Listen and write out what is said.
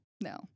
No